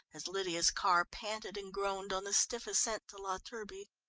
as lydia's car panted and groaned on the stiff ascent to la turbie.